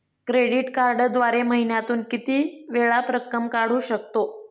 Credit कार्डद्वारे महिन्यातून मी किती वेळा रक्कम काढू शकतो?